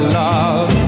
love